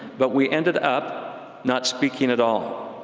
but we ended up not speaking at all,